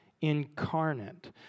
incarnate